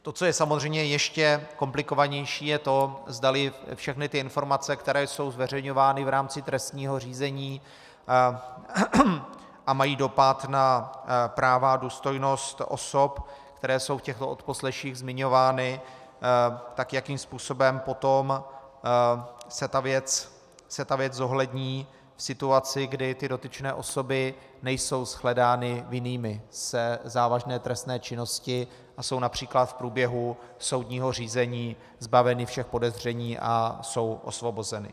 To, co je samozřejmě ještě komplikovanější, je to, zdali všechny informace, které jsou zveřejňovány v rámci trestního řízení a mají dopad na práva a důstojnost osob, které jsou v těchto odposleších zmiňovány, jakým způsobem potom se ta věc zohlední v situaci, kdy dotyčné osoby nejsou shledány vinnými ze závažné trestné činnosti a jsou např. v průběhu soudního řízení zbaveny všech podezření a jsou osvobozeny.